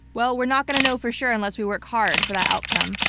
well, we're not going to know for sure unless we work hard for that outcome.